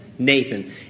Nathan